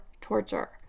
torture